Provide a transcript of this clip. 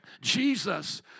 Jesus